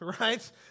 right